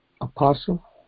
apostle